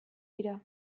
dira